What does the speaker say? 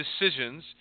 decisions